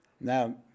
Now